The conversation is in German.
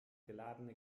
geladene